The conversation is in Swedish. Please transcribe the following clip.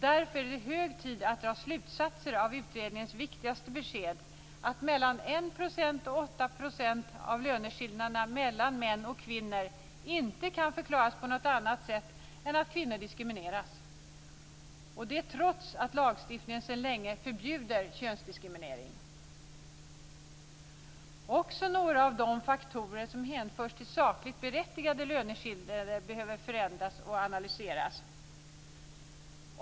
Därför är det hög tid att dra slutsatser av utredningens viktigaste besked, att mellan 1 % och 8 % av löneskillnaderna mellan män och kvinnor inte kan förklaras på något annat sätt än att kvinnor diskrimineras, detta trots att lagstiftningen sedan länge förbjuder könsdiskriminering. Också några av de faktorer som hänförs till sakligt berättigade löneskillnader behöver förändras och analyseras.